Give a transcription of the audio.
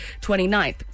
29th